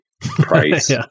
price